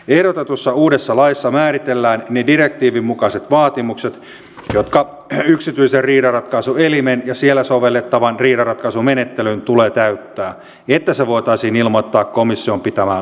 ehdotetussa uudessa laissa määritellään ne direktiivin mukaiset vaatimukset jotka yksityisen riidanratkaisuelimen ja siellä sovellettavan riidanratkaisumenettelyn tulee täyttää että se voitaisiin ilmoittaa komission pitämään luetteloon